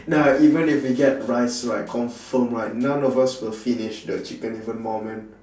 nah even if we get rice right confirm right none of us will finish the chicken even more man